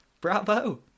Bravo